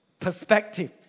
Perspective